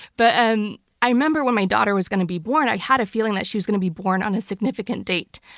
but and i remember when my daughter was going to be born i had a feeling that she was going to be born on a significant date.